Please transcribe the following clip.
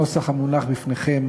הנוסח המונח בפניכם